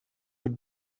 good